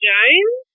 Jones